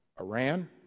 Iran